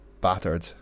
battered